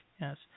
yes